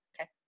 Okay